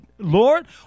lord